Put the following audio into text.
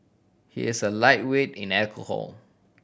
he is a lightweight in alcohol